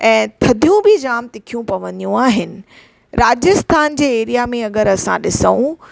ऐं थधियूं बि ॼाम तिखियूं पवंदीयू आहिनि राजस्थान जे एरिया में अगरि असां ॾिसूं